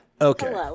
Okay